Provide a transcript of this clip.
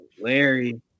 Larry